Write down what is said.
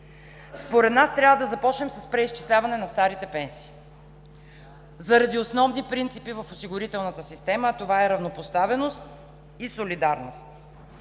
Според нас трябва да започнем с преизчисляване на старите пенсии заради основни принципи в осигурителната система, а това е равнопоставеност и солидарност.